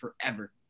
forever